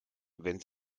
wenn